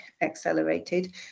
accelerated